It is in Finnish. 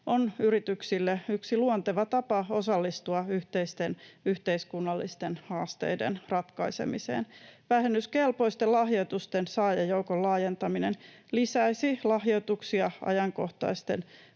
on yrityksille yksi luonteva tapa osallistua yhteisten yhteiskunnallisten haasteiden ratkaisemiseen. Vähennyskelpoisten lahjoitusten saajajoukon laajentaminen lisäisi lahjoituksia ajankohtaisten